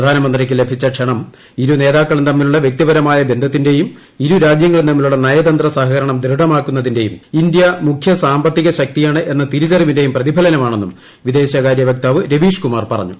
പ്രധാനമന്ത്രിക്ക് ലഭിച്ച ക്ഷണം ഇരു നേതാക്കളും തമ്മിലുള്ള വ്യക്തിപരമായ ബന്ധത്തിന്റേയും ഇരു രാജ്യങ്ങളും തമ്മിലുള്ള നയതന്ത്ര സഹകരണം ദൃഢമാക്കുമെന്നതിന്റേയും ഇന്ത്യ മുഖ്യ സാമ്പത്തിക ശക്തിയാണ് എന്ന തിരിച്ചറിവിന്റേയും പ്രതിഫലനമാണെന്നും വിദേശകാര്യ വക്താവ് രവീഷ് കുമാർ പറഞ്ഞു